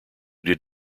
did